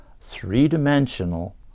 three-dimensional